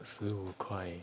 十五块